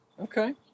Okay